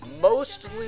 mostly